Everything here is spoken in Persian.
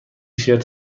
شرت